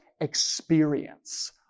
experience